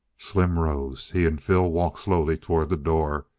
slim rose. he and phil walked slowly toward the door,